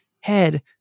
head